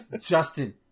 Justin